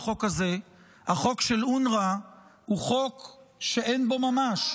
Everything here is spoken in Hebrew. החוק של אונר"א הוא חוק שאין בו ממש.